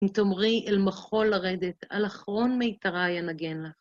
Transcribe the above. אם תאמרי אל מחול לרדת, על אחרון מיתרי אנגן לך.